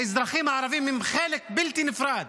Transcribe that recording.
האזרחים הערבים הם חלק בלתי נפרד